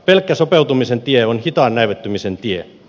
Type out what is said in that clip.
pelkkä sopeutumisen tie on hitaan näivettymisen tie